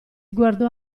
guardò